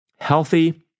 healthy